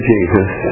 Jesus